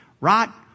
rot